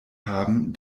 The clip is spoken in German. haben